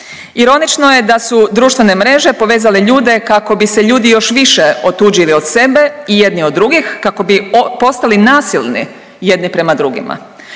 Ironično je da su društvene mreže povezale ljude kako bi se ljudi još više otuđili od sebe i jedni od drugih, kako bi postali nasilni jedni prema drugima.